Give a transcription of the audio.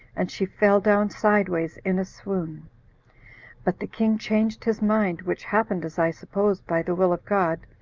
and she fell down sideways in a swoon but the king changed his mind, which happened, as i suppose, by the will of god,